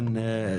כן,